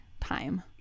time